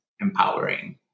empowering